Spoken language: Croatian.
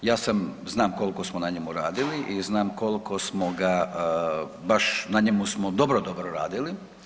Ja znam koliko smo na njemu radili i znam koliko smo ga, baš na njemu smo dobro, dobro radili.